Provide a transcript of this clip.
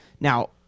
now